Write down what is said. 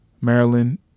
maryland